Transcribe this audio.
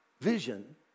vision